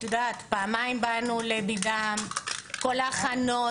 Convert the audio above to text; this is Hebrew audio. פעמיים באנו לביד"ם, כל ההכנות.